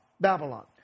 Babylon